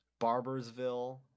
Barbersville